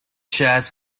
jazz